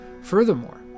Furthermore